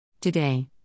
Today